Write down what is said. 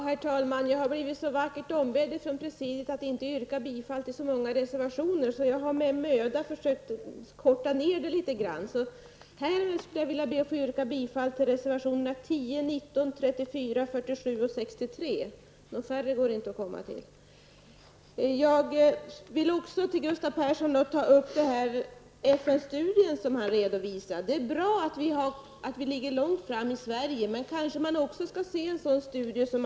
Herr talman! Jag har av presidiet, som det så vackert heter, blivit ombedd att inte yrka bifall till så många reservationer. Därför har jag med möda gått in för att minska antalet reservationer som jag yrkar bifall till. Jag yrkar alltså bifall till reservationerna 10, 19, 34, 47 och 63. Det är så långt jag kan gå när det gäller att reducera antalet yrkanden. Gustav Persson redovisade en FN-studie. Ja, det är bra att vi i Sverige ligger långt framme i det här sammanhanget. Men vi skall kanske också se på den studien i ett annat perspektiv.